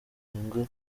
inyungu